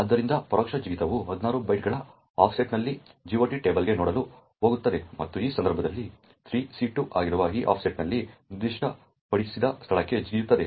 ಆದ್ದರಿಂದ ಪರೋಕ್ಷ ಜಿಗಿತವು 16 ಬೈಟ್ಗಳ ಆಫ್ಸೆಟ್ನಲ್ಲಿ GOT ಟೇಬಲ್ಗೆ ನೋಡಲು ಹೋಗುತ್ತದೆ ಮತ್ತು ಈ ಸಂದರ್ಭದಲ್ಲಿ 3c2 ಆಗಿರುವ ಈ ಆಫ್ಸೆಟ್ನಲ್ಲಿ ನಿರ್ದಿಷ್ಟಪಡಿಸಿದ ಸ್ಥಳಕ್ಕೆ ಜಿಗಿಯುತ್ತದೆ